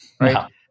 right